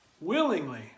willingly